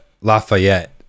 Lafayette